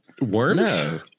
worms